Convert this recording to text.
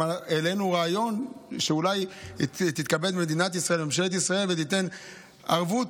גם העלינו רעיון שאולי יתכבדו מדינת ישראל וממשלת ישראל וייתנו ערבות,